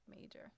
major